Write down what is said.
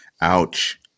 ouch